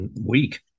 week